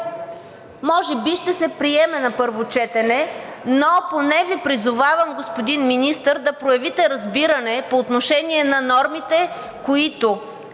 може би ще се приеме на първо четене, но поне Ви призовавам, господин Министър, да проявите разбиране по отношение на нормите, които